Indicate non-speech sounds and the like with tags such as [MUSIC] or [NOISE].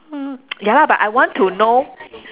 hmm [NOISE] ya lah but I want to know